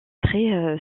très